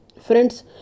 friends